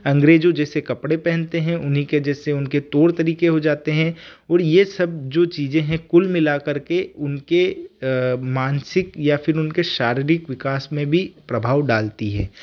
अंग्रेजों जैसे कपड़े पहनते हैं उन्हीं के जैसे उनके तौर तरीके हो जाते हैं और ये सब जो चीजें हैं कुल मिलाकर के उनके मानसिक या फिर उनके शारीरिक विकास में भी प्रभाव डालती है